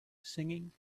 singing